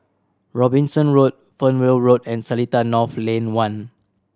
Robinson Road Fernvale Road and Seletar North Lane One